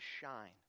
shine